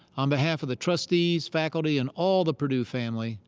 on behalf of the trustees, faculty, and all the purdue family,